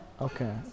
Okay